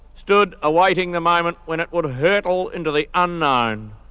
stood awaiting the moment when it would hurtle into the unknown.